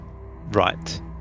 right